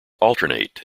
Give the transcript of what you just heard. alternate